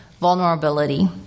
vulnerability